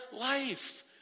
life